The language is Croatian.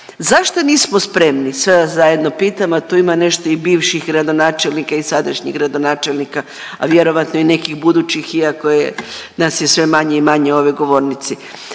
Zašto nismo spremni, sve vas zajedno pitam, a tu ima nešto i bivših gradonačelnika i sadašnjih gradonačelnika, a vjerojatno i nekih budućih iako nas je sve manje i manje u ovoj govornici,